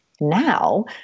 Now